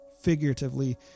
figuratively